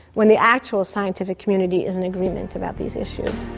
when the actual scientific community is in agreement about these issues.